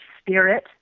spirit